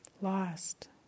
lost